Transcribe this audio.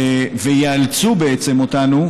ויאלצו בעצם אותנו,